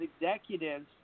executives